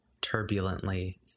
turbulently